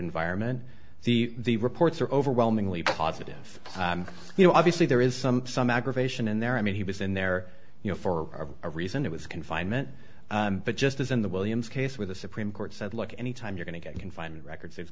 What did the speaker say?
environment the reports are overwhelmingly positive you know obviously there is some some aggravation in there i mean he was in there you know for a reason it was confinement but just as in the williams case where the supreme court said look anytime you're going to get confined records i